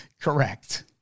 Correct